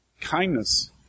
Kindness